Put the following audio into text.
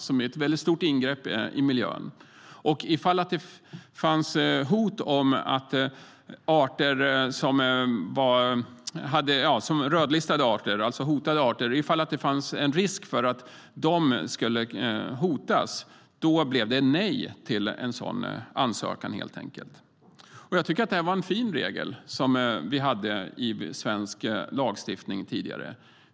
Det är ett stort ingrepp i miljön, och ifall det då fanns risk för att hotade arter skulle hotas blev det helt enkelt nej till en sådan ansökan. Det var en fin regel som vi hade i svensk lagstiftning tidigare.